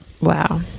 Wow